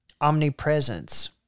omnipresence